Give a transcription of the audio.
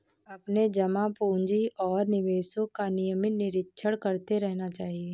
अपने जमा पूँजी और निवेशों का नियमित निरीक्षण करते रहना चाहिए